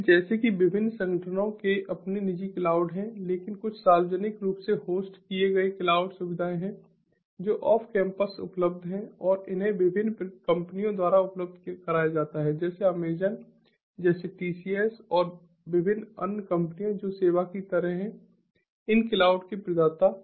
इसलिए जैसे कि विभिन्न संगठनों के अपने निजी क्लाउड हैं लेकिन कुछ सार्वजनिक रूप से होस्ट किए गए क्लाउड सुविधाएं हैं जो ऑफ कैंपस उपलब्ध हैं और इन्हें विभिन्न कंपनियों द्वारा उपलब्ध कराया जाता है जैसे अमेज़न जैसे टीसीएस और विभिन्न अन्य कंपनियां जो सेवा की तरह हैं इन क्लाउड के प्रदाता